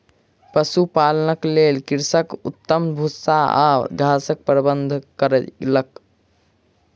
पशुपालनक लेल कृषक उत्तम भूस्सा आ घासक प्रबंध कयलक